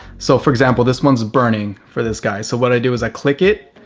so for example, this one's burning for this guy. so what i do is i click it,